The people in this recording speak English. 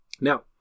Now